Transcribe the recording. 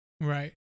Right